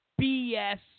BS